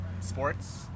sports